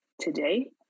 today